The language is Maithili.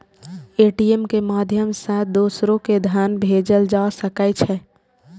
ए.टी.एम के माध्यम सं दोसरो कें धन भेजल जा सकै छै